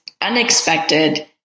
unexpected